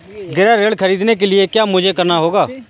गृह ऋण ख़रीदने के लिए मुझे क्या करना होगा?